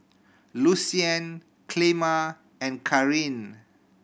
Lucian Clemma and Carin